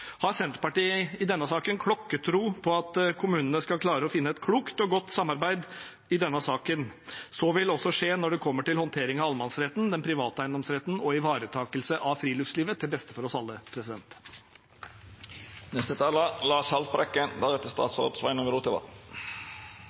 har Senterpartiet klokkertro på at kommunene skal klare å finne et klokt og godt samarbeid i denne saken. Så vil også skje når det kommer til håndtering av allemannsretten, den private eiendomsretten og ivaretakelse av friluftslivet, til beste for oss alle.